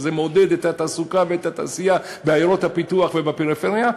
זה מעודד את התעסוקה ואת התעשייה בעיירות הפיתוח ובפריפריה,